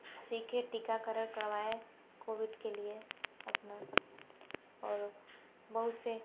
सीखे टीकाकरण करवाए कोविड के लिए अपना और बहुत से